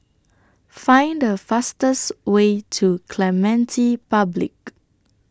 Find The fastest Way to Clementi Public